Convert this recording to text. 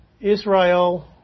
Israel